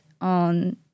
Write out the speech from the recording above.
on